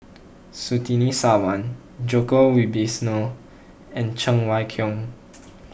Surtini Sarwan Djoko Wibisono and Cheng Wai Keung